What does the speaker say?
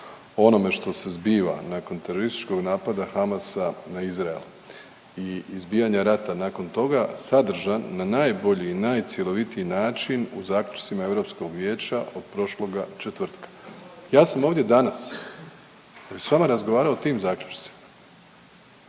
onome što se zbiva nakon terorističkog napada Hamasa na Izrael i izbijanja rata nakon toga sadržan na najbolji i najcjelovitiji način u zaključcima Europskog vijeća prošloga četvrtka. Ja sam ovdje danas s vama razgovarao o tim zaključcima.